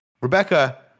rebecca